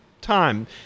time